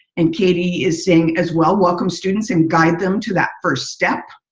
and katie is saying as well. welcome students and guide them to that first step.